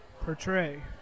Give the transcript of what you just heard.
portray